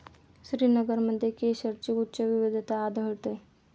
श्रीनगरमध्ये केशरची उच्च विविधता आढळते